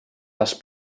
les